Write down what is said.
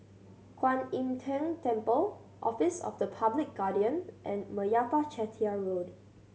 Kuan Im Tng Temple Office of the Public Guardian and Meyappa Chettiar Road